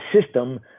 system